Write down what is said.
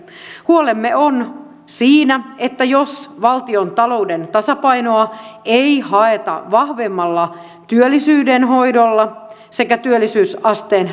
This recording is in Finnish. huolemme on siinä että jos valtiontalouden tasapainoa ei haeta vahvemmalla työllisyyden hoidolla sekä työllisyysasteen